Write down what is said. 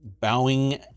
bowing